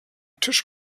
tisch